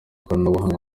ikoranabuhanga